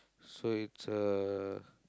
so it's uh